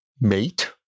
mate